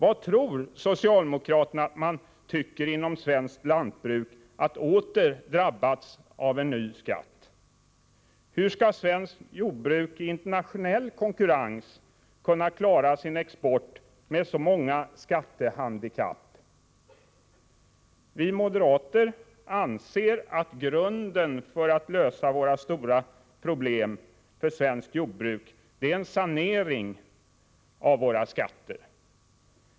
Vad tror socialdemokraterna att Sveriges lantbrukare tycker om att åter drabbas av en ny skatt? Hur skall svenskt jordbruk i internationell konkurrens kunna klara sin export med så många skattehandikapp? Vi moderater anser att grunden för att lösa svenskt jordbruks stora problem är en sanering av våra skatter.